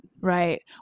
Right